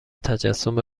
تجسم